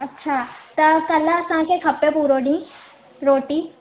अछा त कल्ह असांखे खपे पूरो ॾींहुं रोटी